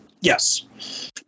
Yes